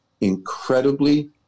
incredibly